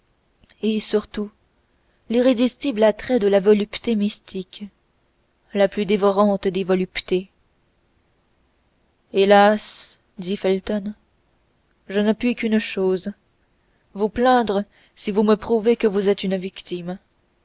et surtout l'irrésistible attrait de la volupté mystique la plus dévorante des voluptés hélas dit felton je ne puis qu'une chose vous plaindre si vous me prouvez que vous êtes une victime